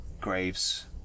graves